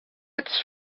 its